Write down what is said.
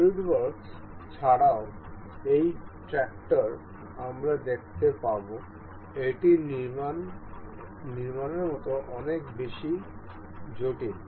SolidWorks ছাড়াও এই tractor আমরা দেখতে পারবো এটির নির্মাণ মত অনেক বেশি জটিল